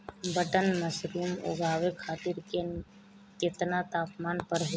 Button mushroom उगावे खातिर केतना तापमान पर होई?